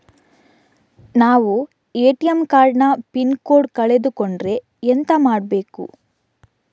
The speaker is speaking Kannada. ನಾವು ಎ.ಟಿ.ಎಂ ಕಾರ್ಡ್ ನ ಪಿನ್ ಕೋಡ್ ಕಳೆದು ಕೊಂಡ್ರೆ ಎಂತ ಮಾಡ್ಬೇಕು?